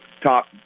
top